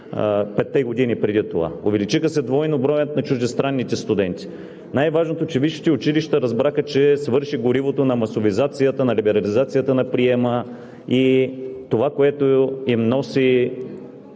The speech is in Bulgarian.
петте години преди това. Увеличи се двойно броят на чуждестранните студенти. Най-важното, че висшите училища разбраха, че свърши горивото на масовизацията, на либерализацията на приема и това, което им носи